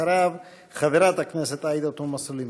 אחריו, חברת הכנסת עאידה תומא סלימאן.